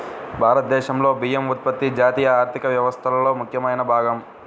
భారతదేశంలో బియ్యం ఉత్పత్తి జాతీయ ఆర్థిక వ్యవస్థలో ముఖ్యమైన భాగం